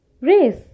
race